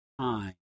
time